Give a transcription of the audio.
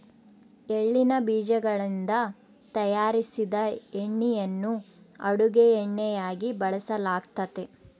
ಎಳ್ಳಿನ ಬೀಜಗಳಿಂದ ತಯಾರಿಸಿದ ಎಣ್ಣೆಯನ್ನು ಅಡುಗೆ ಎಣ್ಣೆಯಾಗಿ ಬಳಸಲಾಗ್ತತೆ